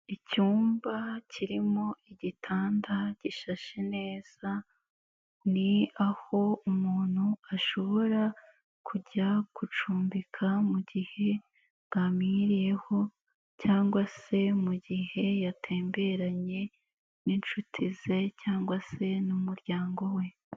Icyumba kirimo igitanda gishashe neza, ni aho umuntu ashobora kujya gucumbika mu mugihe bwamwiriyeho, cyangwa se mu gihe yatemberanye n'inshuti ze, cyangwa se n'umuryango we.